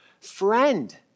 Friend